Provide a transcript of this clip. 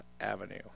Avenue